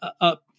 up